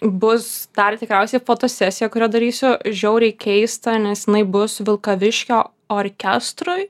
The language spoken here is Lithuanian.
bus dar tikriausiai fotosesija kurią darysiu žiauriai keista nes jinai bus vilkaviškio orkestrui